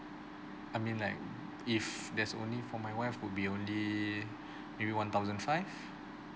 I mean like if there's only for my wife would be only maybe one thousand five